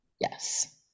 Yes